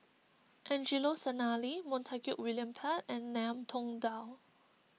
Angelo Sanelli Montague William Pett and Ngiam Tong Dow